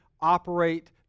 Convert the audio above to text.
operate